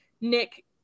Nick